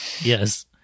Yes